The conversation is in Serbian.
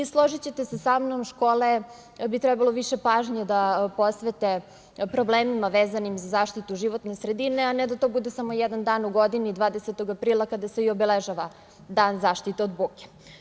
Složićete se sa mnom, škole bi trebalo više pažnje da posvete problemima vezanim za zaštitu životne sredine, a ne da to bude samo jedan dan u godini, 20. aprila kada se obeležava Dan zaštite od buke.